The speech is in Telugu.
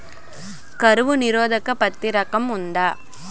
కరువు నిరోధక పత్తి రకం ఉందా?